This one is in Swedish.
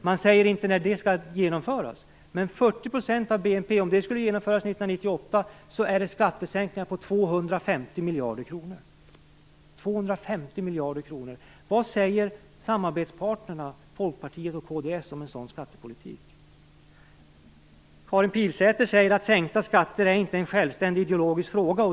Man säger inte när det skall genomföras, men om 40 % av BNP skulle genomföras 1998 så rör det sig om skattesänkningar på 250 miljarder kronor. 250 miljarder kronor - vad säger samarbetspartnerna Folkpartiet och Kristdemokraterna om en sådan skattepolitik? Karin Pilsäter säger att sänkta skatter inte är en självständig ideologisk fråga.